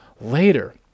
later